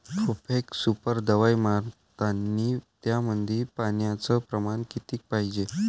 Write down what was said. Profex super दवाई मारतानी त्यामंदी पान्याचं प्रमाण किती पायजे?